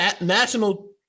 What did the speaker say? National